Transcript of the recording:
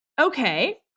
Okay